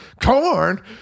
corn